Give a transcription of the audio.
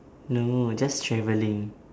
no just travelling